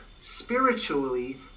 spiritually